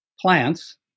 plants